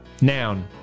noun